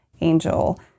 Angel